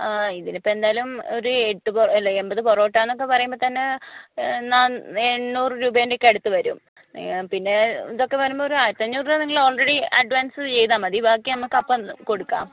ആ ഇതിനിപ്പോൾ എന്തായാലും ഒരു എട്ട് പൊ അല്ല എൺപത് പൊറോട്ടയെന്നൊക്കെ പറയുമ്പോൾ തന്നെ നാ എണ്ണൂറ് രൂപേൻ്റെയൊക്കെ അടുത്ത് വരും പിന്നെ ഇതൊക്കെ വരുമ്പോൾ ഒരു ആയിരത്തഞ്ഞൂറ് രൂപ നിങ്ങൾ ഓൾറെഡി അഡ്വാൻസ് ചെയ്താൽ മതി ബാക്കി നമുക്കപ്പം കൊടുക്കാം